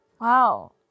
Wow